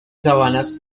sabanas